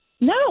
No